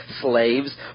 slaves